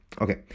Okay